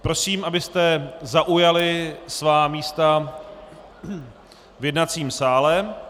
Prosím, abyste zaujali svá místa v jednacím sále.